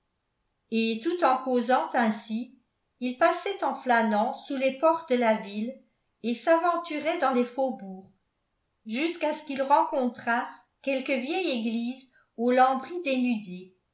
et tout en causant ainsi ils passaient en flânant sous les portes de la ville et s'aventuraient dans les faubourgs jusqu'à ce qu'ils rencontrassent quelque vieille église aux lambris